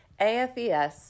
AFES